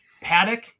Paddock